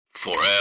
Forever